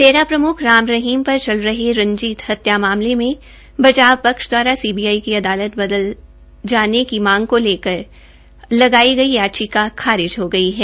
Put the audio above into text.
डेरा प्रम्ख राम रहीम पर चल रहे रंजीत हत्या मामले में बचाव पक्ष द्वारा सीबीआई की अदालत बदले जाने की मांग को लेकर लगाई गई याचिका खारिज हो गई है